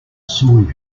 saw